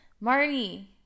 Marty